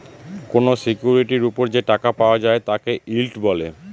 কোনো সিকিউরিটির ওপর যে টাকা পাওয়া যায় তাকে ইল্ড বলে